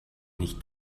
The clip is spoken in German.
nicht